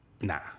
Nah